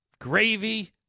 gravy